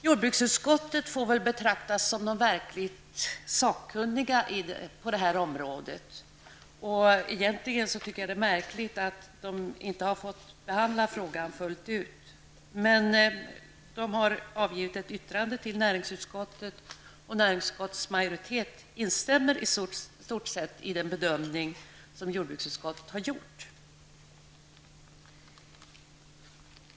Jordbruksutskottet får väl betraktas som den verkligt sakkunniga instansen på det här området. Egentligen tycker jag att det är märkligt att det inte har fått behandla frågan fullt ut. Det har dock avgivit ett yttrande till näringsutskottet, och näringsutskottets majoritet instämmer i stort sett i den bedömning som jordbruksutskottet har gjort.